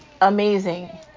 amazing